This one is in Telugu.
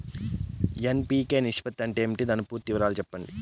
ఎన్.పి.కె నిష్పత్తి అంటే ఏమి దాని పూర్తి వివరాలు సెప్పండి?